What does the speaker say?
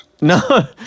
no